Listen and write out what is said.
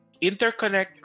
interconnect